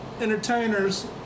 entertainers